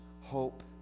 Hope